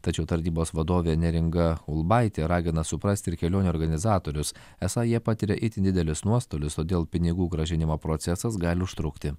tačiau tarnybos vadovė neringa ulbaitė ragina suprasti ir kelionių organizatorius esą jie patiria itin didelius nuostolius o dėl pinigų grąžinimo procesas gali užtrukti